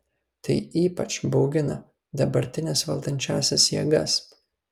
tai ypač baugina dabartines valdančiąsias jėgas